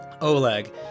Oleg